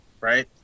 right